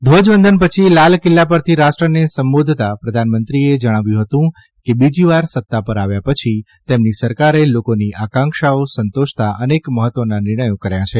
ધ્વજવંદનપછી લાલકિલ્લા પરથી રાષ્ટ્રને સંબોધતા પ્રધાનમંત્રીએ જણાવ્યું હતું કે બીજી વાર સત્તા પર આવ્યા પછી તેમની સરકારે લોકોની આંકાક્ષાઓ સંતોષતા અનેક મહત્વના નિર્ણયો કર્યા છે